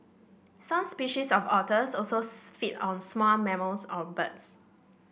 some species of otters also feed on small mammals or birds